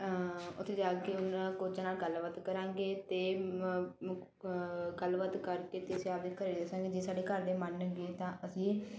ਉੱਥੇ ਜਾ ਕੇ ਉਹਨਾਂ ਕੋਚਾਂ ਨਾਲ ਗੱਲਬਾਤ ਕਰਾਂਗੇ ਅਤੇ ਗੱਲਬਾਤ ਕਰਕੇ ਅਤੇ ਅਸੀਂ ਆਪ ਦੇ ਘਰ ਦੱਸਾਂਗੇ ਜੇ ਸਾਡੇ ਘਰ ਦੇ ਮੰਨਗੇ ਤਾਂ ਅਸੀਂ